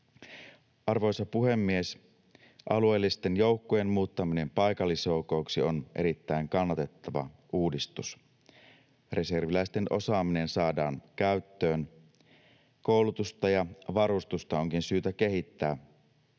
Arvoisa puhemies! Alueellisten joukkojen muuttaminen paikallisjoukoiksi on erittäin kannatettava uudistus. Reserviläisten osaaminen saadaan käyttöön. Koulutusta ja varustusta onkin syytä kehittää.